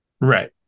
Right